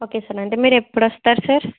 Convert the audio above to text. okay sir అంటే మీరు ఎప్పుడు వస్తారు సార్